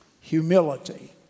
Humility